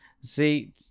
See